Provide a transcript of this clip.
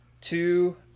Two